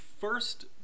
first